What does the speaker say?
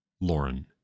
Lauren